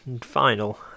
Final